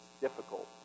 difficult